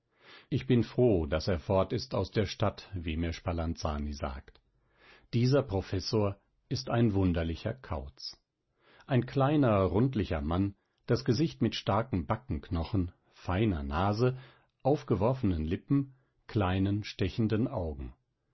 ich bin froh daß er fort ist aus der stadt wie mir spalanzani sagt dieser professor ist ein wunderlicher kauz ein kleiner rundlicher mann das gesicht mit starken backenknochen feiner nase aufgeworfenen lippen kleinen stechenden augen